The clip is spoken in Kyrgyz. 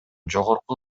жогорку